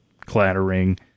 clattering